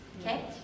okay